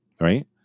right